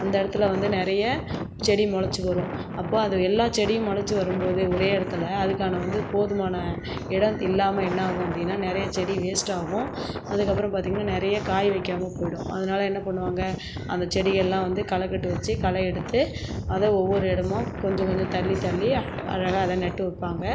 அந்த இடத்துல வந்து நிறைய செடி முளச்சி வரும் அப்போது அது எல்லா செடி முளச்சி வரும்போது ஒரே இடத்துல அதுக்கான வந்து போதுமான இடம் இல்லாமல் என்ன ஆகும் அப்படின்னா நிறைய செடி வேஸ்ட்டாகும் அதுக்கப்புறம் பார்த்தீங்கனா நிறைய காய் வைக்காம போய்விடும் அதனால் என்ன பண்ணுவாங்க அந்த செடிகள்லாம் வந்து களக்கட்டு வச்சு களை எடுத்து அதை ஒவ்வொரு இடமும் கொஞ்சம் கொஞ்சம் தள்ளி தள்ளி அழ அழகாக அதை நட்டு வைப்பாங்க